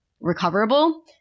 recoverable